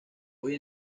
hoy